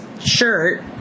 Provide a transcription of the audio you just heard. shirt